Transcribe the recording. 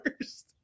first